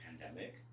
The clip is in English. pandemic